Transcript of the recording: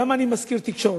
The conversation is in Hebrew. למה אני מזכיר תקשורת?